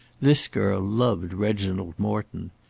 this girl loved reginald morton.